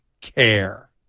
care